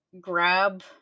grab